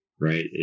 right